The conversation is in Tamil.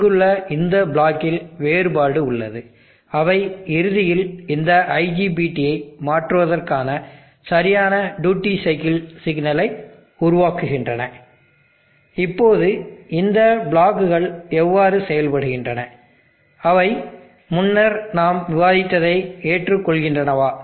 இங்குள்ள இந்த பிளாக்கில் வேறுபாடு உள்ளது அவை இறுதியில் இந்த IGBTயை மாற்றுவதற்கான சரியான டியூட்டி சைக்கிள் சிக்னலை உருவாக்குகின்றன இப்போது இந்த பிளாக்குகள் எவ்வாறு செயல்படுகின்றன அவை முன்னர் நாம் விவாதித்ததை ஏற்றுக்கொள்கின்றனவா